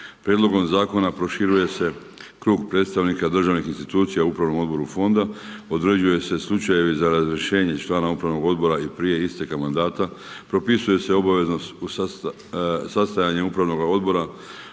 Prijedlogom zakona proširuje se krug predstavnika državnih institucija u upravnom odboru fonda, određuju se slučajevi za razrješenje člana upravnog odbora i prije isteka u upravnom odboru